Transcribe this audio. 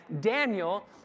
Daniel